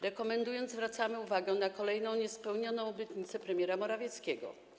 Rekomendując to, zwracamy uwagę na kolejną niespełnioną obietnicę premiera Morawieckiego.